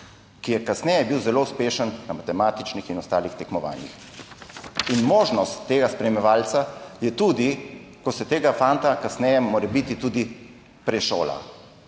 ki je kasneje bil zelo uspešen na matematičnih in ostalih tekmovanjih. Možnost tega spremljevalca je tudi, ko se tega fanta kasneje morebiti tudi prešola.